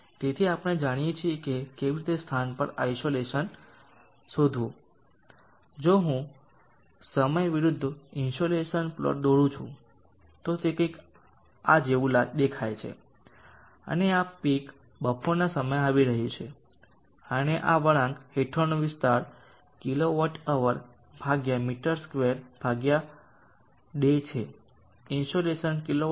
તેથી આપણે જાણીએ છીએ કે કેવી રીતે સ્થાન પર ઇન્સોલેશન શોધવું તેથી જો હું સમય વિરુદ્ધ ઇનસોલેશન પ્લોટ દોરું છું તો તે કંઈક આ જેવું લાગે છે અને આ પીક બપોરના સમયે આવી રહ્યું છે અને વળાંક હેઠળનો વિસ્તાર kWhm2day છે ઇનસોલેશન kWm2માં છે